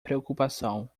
preocupação